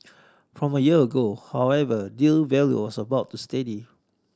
from a year ago however deal value was about steady